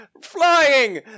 flying